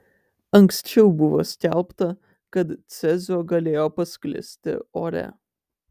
anksčiau buvo skelbta kad cezio galėjo pasklisti ore